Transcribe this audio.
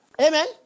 Amen